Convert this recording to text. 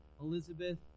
Elizabeth